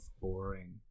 boring